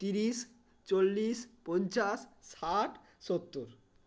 ত্রিশ চল্লিশ পঞ্চাশ ষাট সত্তর